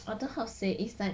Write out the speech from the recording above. I don't know how to say it's like